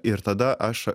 ir tada aš